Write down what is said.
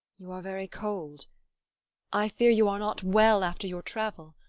you are very cold i fear you are not well after your travel